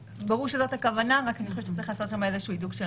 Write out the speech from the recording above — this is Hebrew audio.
ברור שזאת הכוונה אבל אני חושבת שצריך לעשות שם איזשהו הידוק של